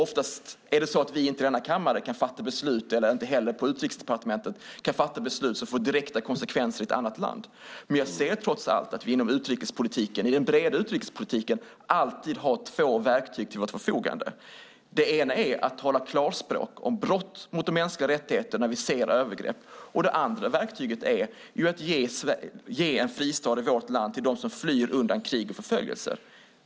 Oftast går det inte i denna kammare och inte heller på Utrikesdepartement att fatta beslut som får direkta konsekvenser i ett annat land. Men jag ser trots allt att vi inom den breda utrikespolitiken alltid har två verktyg till vårt förfogande. Det ena är att tala klarspråk om brott mot de mänskliga rättigheterna när vi ser övergrepp. Det andra verktyget är att ge en fristad i vårt land till dem som flyr undan krig och förföljelser.